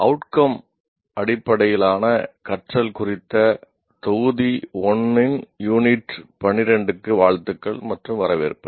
outcome 12 க்கு வாழ்த்துக்கள் மற்றும் வரவேற்பு